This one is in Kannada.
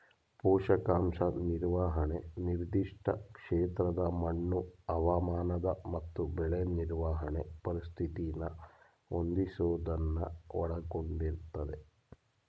ಪೋಷಕಾಂಶ ನಿರ್ವಹಣೆ ನಿರ್ದಿಷ್ಟ ಕ್ಷೇತ್ರದ ಮಣ್ಣು ಹವಾಮಾನ ಮತ್ತು ಬೆಳೆ ನಿರ್ವಹಣೆ ಪರಿಸ್ಥಿತಿನ ಹೊಂದಿಸೋದನ್ನ ಒಳಗೊಂಡಿರ್ತದೆ